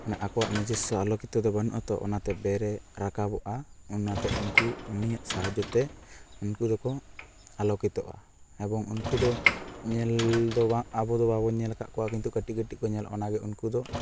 ᱢᱟᱱᱮ ᱟᱠᱚᱣᱟᱜ ᱱᱤᱡᱚᱥᱥᱚ ᱟᱞᱳᱠᱤᱛᱚ ᱫᱚ ᱵᱟᱹᱱᱩᱜ ᱟᱛᱚ ᱚᱱᱟᱛᱮ ᱵᱮᱨ ᱮ ᱨᱟᱠᱟᱵᱚᱜᱼᱟ ᱚᱱᱟᱛᱮ ᱩᱱᱠᱩ ᱩᱱᱤᱭᱟᱜ ᱥᱟᱦᱟᱡᱡᱳ ᱛᱮ ᱩᱱᱠᱩ ᱫᱚᱠᱚ ᱟᱞᱳᱠᱤᱛᱚᱜᱼᱟ ᱮᱵᱚᱝ ᱩᱱᱠᱩ ᱫᱚ ᱧᱮᱞ ᱫᱚ ᱵᱟᱝ ᱟᱵᱚ ᱫᱚ ᱵᱟᱵᱚᱱ ᱧᱮᱞ ᱟᱠᱟᱫ ᱠᱚᱣᱟ ᱠᱤᱱᱛᱩ ᱩᱱᱠᱩ ᱠᱟᱹᱴᱤᱡ ᱠᱟᱹᱴᱤᱡ ᱠᱚ ᱧᱮᱞᱚᱜᱼᱟ ᱚᱱᱟᱜᱮ ᱩᱱᱠᱩ ᱫᱚ